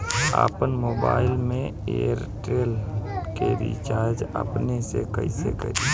आपन मोबाइल में एयरटेल के रिचार्ज अपने से कइसे करि?